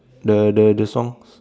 the the the songs